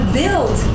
build